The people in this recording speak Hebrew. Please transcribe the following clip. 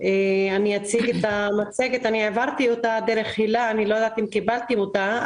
העברתי את המצגת דרך הילה ואני לא יודעת אם קיבלתם אותה,